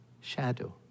shadow